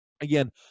Again